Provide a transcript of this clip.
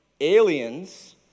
aliens